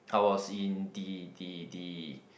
I was in the the the